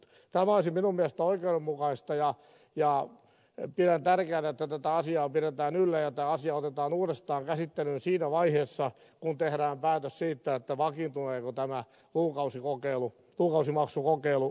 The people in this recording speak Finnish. tämä olisi minun mielestäni oikeudenmukaista ja pidän tärkeänä että tätä asiaa pidetään yllä ja tämä asia otetaan uudestaan käsittelyyn siinä vaiheessa kun tehdään päätös siitä että vakiintuuko tämä lukukausimaksukokeilu käytännöksi